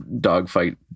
dogfight